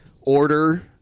order